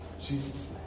Jesus